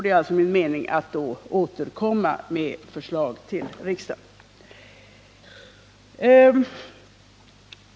Det är min mening att då återkomma med förslag till riksdagen.